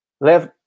Left